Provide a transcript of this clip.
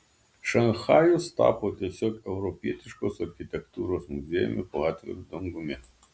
šanchajus tapo tiesiog europietiškos architektūros muziejumi po atviru dangumi